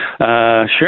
Sure